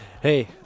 Hey